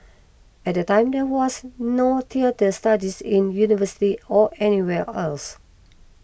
at that time there was no theatre studies in university or anywhere else